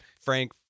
Frank